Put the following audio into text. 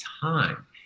time